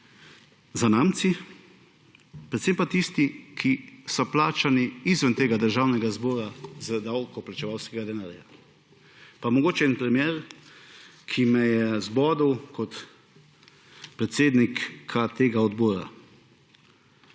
zanamci, predvsem pa tisti, ki so plačani izven tega državnega zbora iz davkoplačevalskega denarja. Mogoče en primer, ki me je zbodel kot predsednik tega odbora.